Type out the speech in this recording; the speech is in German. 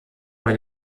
bei